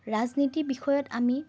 ৰাজনীতি বিষয়ত আমি